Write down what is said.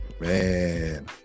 man